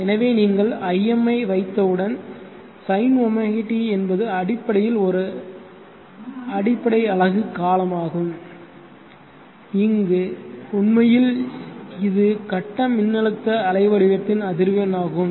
எனவே நீங்கள் im ஐ வைத்தவுடன் sinɷt என்பது அடிப்படையில் ஒரு அடிப்படை அலகு காலமாகும் இங்கு உண்மையில் இது கட்டம் மின்னழுத்த அலைவடிவத்தின் அதிர்வெண் ஆகும்